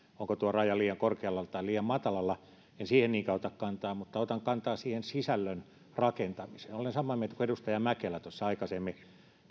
onko tuo raja liian korkealla tai liian matalalla en siihen niinkään ota kantaa mutta otan kantaa siihen sisällön rakentamiseen olen samaa mieltä kuin edustaja mäkelä tuossa aikaisemmin